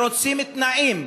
רוצים תנאים.